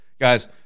guys